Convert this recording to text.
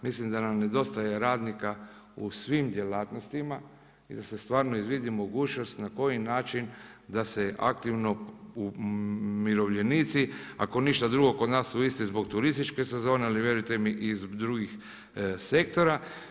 Mislim da nam nedostaje radnika u svim djelatnostima i da se stvarno izvidi mogućnost na koji način da se aktivno umirovljenici ako ništa drugo kod nas u Istri zbog turističke sezone, ali vjerujte i zbog drugih sektora.